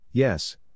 Yes